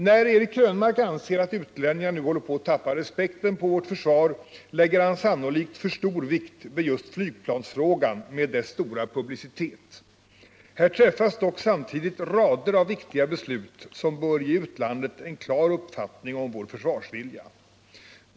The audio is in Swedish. När Eric Krönmark anser att utlänningar nu håller på att tappa respekten ör vårt försvar, lägger han sannolikt för stor vikt vid just flygplansfrågan med dess stora publicitet. Här träffas dock samtidigt rader av viktiga beslut som bör ge utlandet en klar uppfattning om vår försvarsvilja.